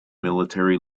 military